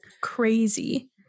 crazy